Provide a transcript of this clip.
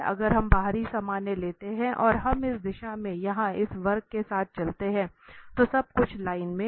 अगर हम बाहरी सामान्य लेते हैं और हम इस दिशा में यहां इस वक्र के साथ चलते हैं तो सब कुछ लाइन में है